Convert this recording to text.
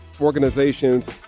organization's